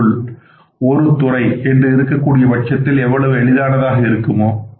ஒரு பொருள் ஒரு துறை என்று இருக்கக் கூடிய பட்சத்தில் எவ்வளவு எளிதானதாக இருக்குமோ